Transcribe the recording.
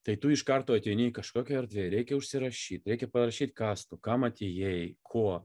tai tu iš karto ateini į kažkokią erdvėj reikia užsirašyti reikia parašyt kas tu kam atėjai ko